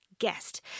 guest